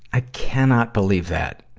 i cannot believe that.